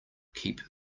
keep